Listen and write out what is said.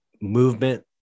movement